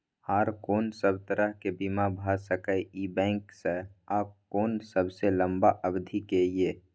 आर कोन सब तरह के बीमा भ सके इ बैंक स आ कोन सबसे लंबा अवधि के ये?